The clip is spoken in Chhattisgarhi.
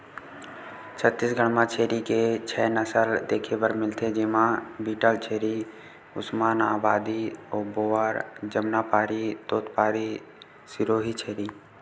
छत्तीसगढ़ म छेरी के छै नसल देखे बर मिलथे, जेमा बीटलछेरी, उस्मानाबादी, बोअर, जमनापारी, तोतपारी, सिरोही छेरी